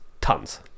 tons